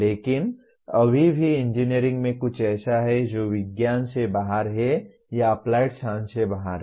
लेकिन अभी भी इंजीनियरिंग में कुछ ऐसा है जो विज्ञान से बाहर है या एप्लाइड साइंस से बाहर है